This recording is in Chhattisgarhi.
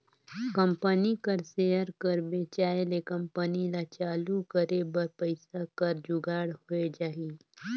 कंपनी कर सेयर कर बेंचाए ले कंपनी ल चालू करे बर पइसा कर जुगाड़ होए जाही